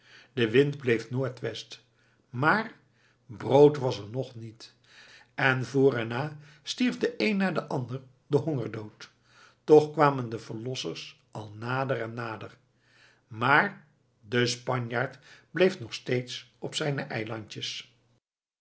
de wind bleef noordwest maar brood was er nog niet en voor en na stierf de een na den ander den hongerdood toch kwamen de verlossers al nader en nader maar de spanjaard bleef nog steeds op zijne eilandjes